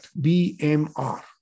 BMR